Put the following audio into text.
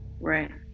right